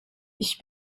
ich